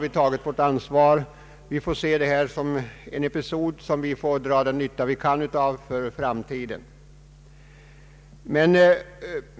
Vi får se detta som en episod och dra den nytta vi kan av den för framtiden.